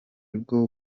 bwo